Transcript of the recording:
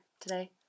today